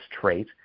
trait